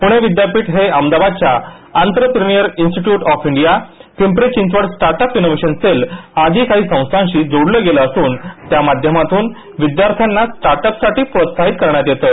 प्णे विद्यापीठ हे अहमदाबादच्या entrepreneur institute of India Pimpri Chinchwad startup innovation cell आदी काही संस्थांशी जोडलं गेलं असून त्यामाध्यमातून विद्यार्थ्यांना स्टार्टअपसाठी प्रोत्साहित करण्यात येतं